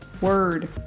word